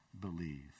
believe